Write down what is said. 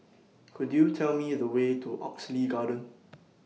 Could YOU Tell Me The Way to Oxley Garden